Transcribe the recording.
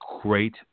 great